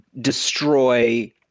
destroy